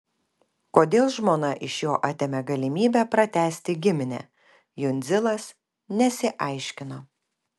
kodėl žmona iš jo atėmė galimybę pratęsti giminę jundzilas nesiaiškino